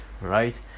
right